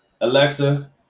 Alexa